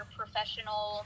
professional